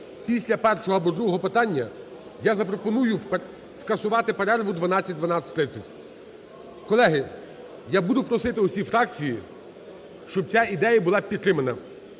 Після першого або другого питання я запропоную скасувати перерву 12:00-12:30. Колеги, я буду просити всі фракції, щоб ця ідея була підтримана.